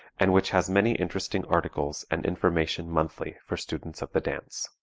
and which has many interesting articles and information monthly for students of the dance.